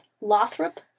Lothrop